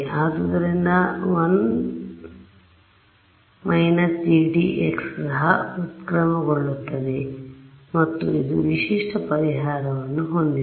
ಆದ್ದರಿಂದ I − GD X ಸಹ ವುತ್ಕ್ರಮಗೊಳ್ಳುತ್ತದೆ ಮತ್ತು ಇದು ವಿಶಿಷ್ಟ ಪರಿಹಾರವನ್ನು ಹೊಂದಿದೆ